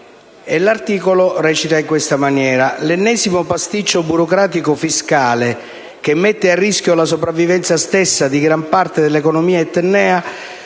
l'articolo, l'ennesimo pasticcio burocratico fiscale, che mette a rischio la sopravvivenza stessa di gran parte dell'economia etnea,